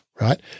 Right